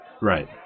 Right